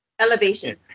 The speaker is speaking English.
elevation